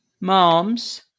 moms